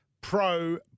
pro